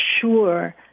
sure